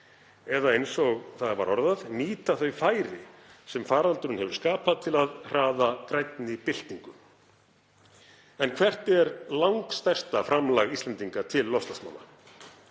eða eins og það var orðað, nýta þau færi sem faraldurinn hefur skapað til að hraða grænni byltingu. En hvert er langstærsta framlag Íslendinga til loftslagsmála?